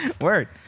Word